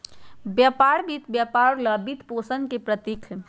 व्यापार वित्त व्यापार ला वित्तपोषण के प्रतीक हई,